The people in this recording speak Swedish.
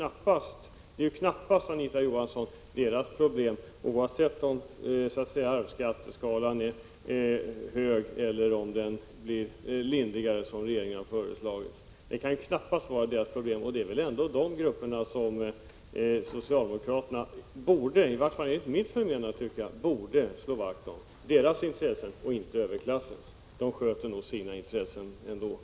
Arvsskatten är knappast deras problem, oavsett om skatteskalan är hög eller den blir lindrigare som regeringen har föreslagit. Det är väl ändå de gruppernas intressen som socialdemokraterna borde slå vakt om. Överklassen tillgodoser nog sina intressen ändå. ett löfte, också skall hålla det. Vi anser därför att de utlovade reglerna skall